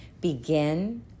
Begin